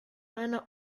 einer